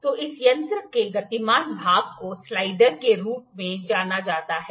तो इस यंत्र के गतिमान भाग को स्लाइडर के रूप में जाना जाता है